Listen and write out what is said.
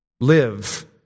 live